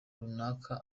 runaka